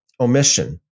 omission